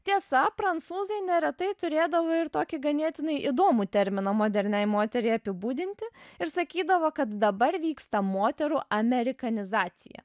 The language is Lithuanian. tiesa prancūzai neretai turėdavo ir tokį ganėtinai įdomų terminą moderniai moteriai apibūdinti ir sakydavo kad dabar vyksta moterų amerikanizacija